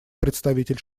представитель